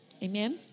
Amen